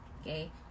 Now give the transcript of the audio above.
okay